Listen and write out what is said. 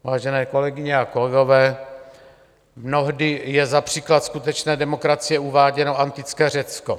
Vážené kolegyně a kolegové, mnohdy je za příklad skutečné demokracie uváděno antické Řecko.